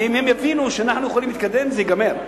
כי אם הן יבינו שאנחנו יכולים להתקדם, זה ייגמר.